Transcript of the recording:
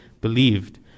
believed